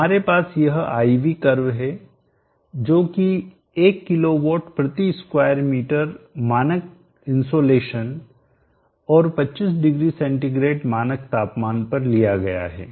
हमारे पास यह I V कर्व है जो कि 1 किलो वाट प्रति स्क्वायर मीटर मानक इनसोलेशन और 25 डिग्री सेंटीग्रेड मानक तापमान पर लिया गया है